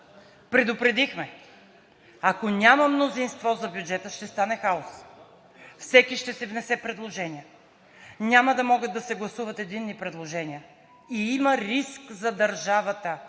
Предупредихме – ако няма мнозинство за бюджета, ще стане хаос. Всеки ще си внесе предложението, няма да могат да се гласуват единни предложения и има риск за държавата,